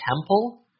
temple